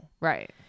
Right